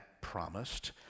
promised